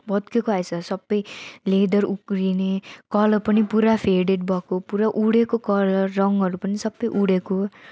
भत्किएको आएछ सबै लेदर उद्रिने कलर पनि पुरा फेडेड भएको पुरा उडेको कलर रङहरू पनि सबै उडेको